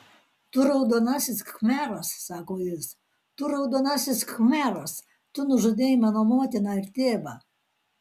tu raudonasis khmeras sako jis tu raudonasis khmeras tu nužudei mano motiną ir tėvą